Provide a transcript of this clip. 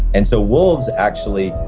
and so wolves actually,